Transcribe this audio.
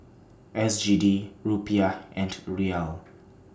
S G D Rupiah and Riyal